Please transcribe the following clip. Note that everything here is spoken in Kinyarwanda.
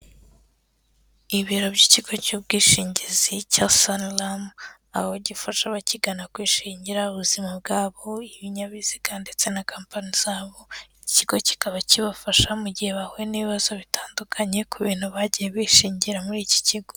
Ibiro by'ikigo cy'ubwishingizi cya Sanlam, aho gifasha abakigana kwishingira ubuzima bwabo, ibinyabiziga ndetse na kampani zabo, ikigo kikaba kibafasha mu gihe bahuye n'ibibazo bitandukanye, ku bintu bagiye bishingira muri iki kigo.